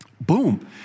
Boom